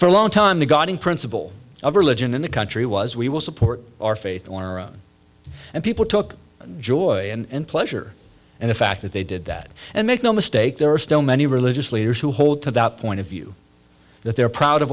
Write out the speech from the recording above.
for a long time to guiding principle of religion in the country was we will support our faith and people took joy and pleasure and the fact that they did that and make no mistake there are still many religious leaders who hold to that point of view that they're proud of